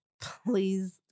please